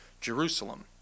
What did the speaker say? Jerusalem